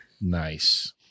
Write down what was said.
Nice